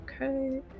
Okay